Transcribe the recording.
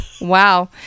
Wow